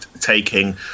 taking